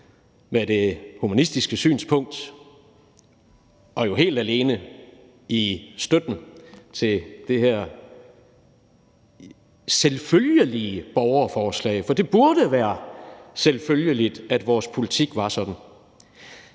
med det humanistiske synspunkt og helt alene i støtten til det her selvfølgelige borgerforslag. For det burde være selvfølgeligt, at vores politik var sådan.